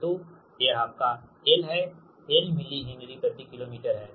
तो यह आपका L है L मीली हेनरी प्रति किलोमीटर है